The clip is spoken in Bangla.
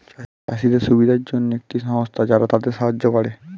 চাষীদের সুবিধার জন্যে একটি সংস্থা যারা তাদের সাহায্য করে